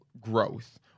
growth